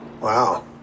Wow